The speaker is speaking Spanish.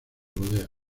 rodea